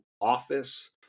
office